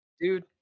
dude